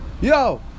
Yo